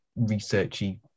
researchy